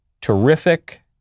terrific